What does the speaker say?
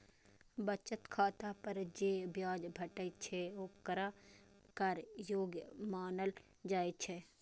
बचत खाता पर जे ब्याज भेटै छै, ओकरा कर योग्य मानल जाइ छै